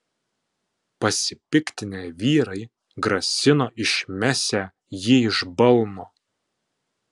pasipiktinę vyrai grasino išmesią jį iš balno